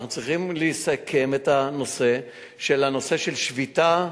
אנחנו צריכים לסכם את הנושא של שביתה,